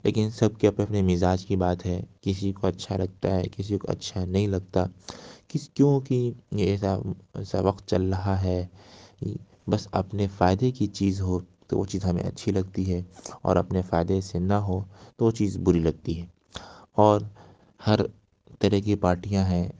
لیکن سب کے اپنے اپنے مزاج کی بات ہے کسی کو اچھا لگتا ہے کسی کو اچھا نہیں لگتا کس کیونکہ یہ ایسا ایسا وقت چل رہا ہے بس اپنے فائدے کی چیز ہو تو وہ چیز ہمیں اچھی لگتی ہے اور اپنے فائدے سے نہ ہو تو وہ چیز بری لگتی ہے اور ہر طرح کی پارٹیاں ہیں